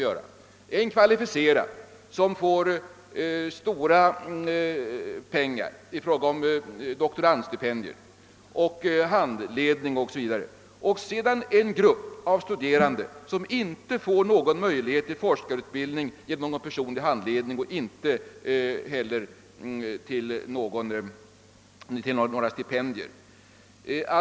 Till en kvalificerad kategori utgår stora pengar i form av doktorandstipendier, handledararvoden o.s.v., medan den andra gruppen av studerande inte får någon möjlighet till forskarutbildning genom personlig handledning och inte heller till några stipendier.